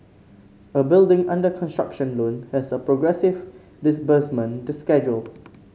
a building under construction loan has a progressive disbursement schedule